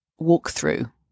walkthrough